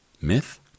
Myth